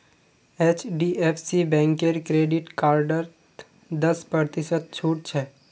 HDFC बैंकेर credit कार्डत दस प्रतिशत छूट छ